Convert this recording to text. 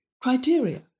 criteria